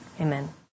amen